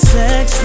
sex